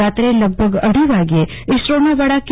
રાત્રે લગભગ અઢી વાગ્યે ઈસરોના વડા કે